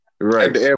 right